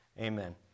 Amen